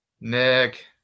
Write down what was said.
Nick